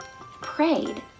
prayed